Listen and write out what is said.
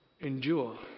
endure